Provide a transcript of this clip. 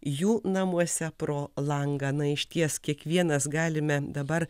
jų namuose pro langą na išties kiekvienas galime dabar